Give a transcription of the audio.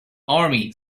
army